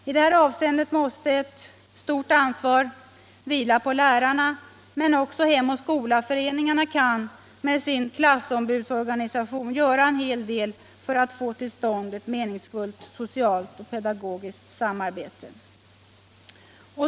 I detta avseende måste ett stort ansvar vila på lärarna, men också Hem och Skola-föreningarna kan med sin platsombudsorganisation göra en hel del för att få till stånd ett meningsfullt socialt och pedagogiskt samarbete.